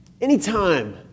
anytime